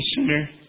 sinner